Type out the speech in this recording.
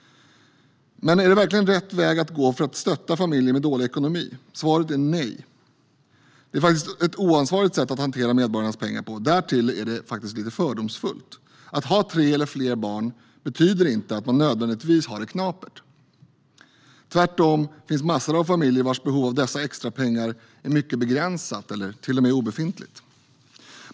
Men är det verkligen rätt väg att gå för att stötta familjer med dålig ekonomi? Svaret är nej. Det är faktiskt ett oansvarigt sätt att hantera medborgarnas pengar på. Därtill är det lite fördomsfullt. Att ha tre eller fler barn betyder inte att man nödvändigtvis har det knapert. Tvärtom finns massor av familjer vilkas behov av dessa extrapengar är mycket begränsat, eller till och med obefintligt.